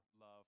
love